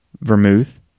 vermouth